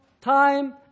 time